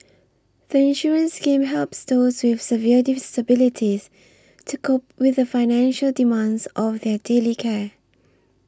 the insurance scheme helps those with severe disabilities to cope with the financial demands of their daily care